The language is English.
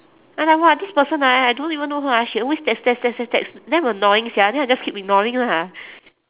I'm like !wah! this person ah I don't even know her ah she always text text text text text damn annoying sia then I just keep ignoring lah